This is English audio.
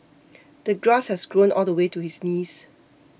the grass had grown all the way to his knees